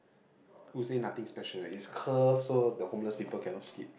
who say nothing special it's curve so the homeless people cannot sleep